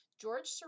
George